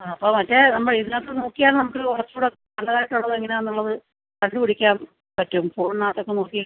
ആ അപ്പോൾ മറ്റേ നമ്മൾ ഇതിനകത്ത് നോക്കിയാൽ നമുക്ക് കുറച്ചുകൂടെ നല്ലതായിട്ടുള്ളത് എങ്ങനെയാണെന്നുള്ളത് കണ്ടുപിടിക്കാൻ പറ്റും ഫോണിനകത്തൊക്കെ നോക്കി